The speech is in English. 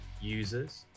users